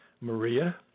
Maria